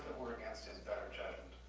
were against his better judgment.